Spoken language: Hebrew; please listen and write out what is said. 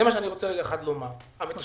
יש